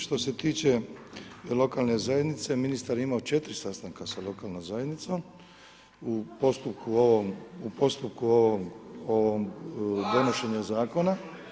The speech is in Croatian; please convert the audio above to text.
Što se tiče lokalne zajednice, ministar je imao 4 sastanaka sa lokalnom zajednicom u postupku ovoga donošenja zakona.